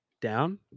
Down